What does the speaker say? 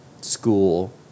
school